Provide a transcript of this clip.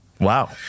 Wow